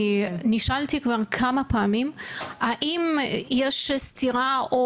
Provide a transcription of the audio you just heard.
כי נשאלתי כבר כמה פעמים האם יש סטירה או